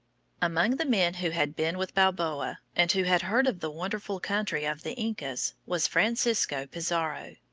among the men who had been with balboa, and who had heard of the wonderful country of the incas, was francisco pizarro.